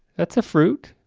that's a fruit.